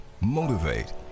motivate